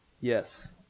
Yes